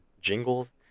jingles